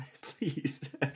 please